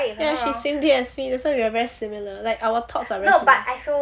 ya she same day as me that's why we are very similar like our thoughts are very similar